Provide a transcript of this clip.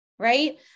right